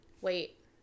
Wait